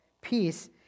peace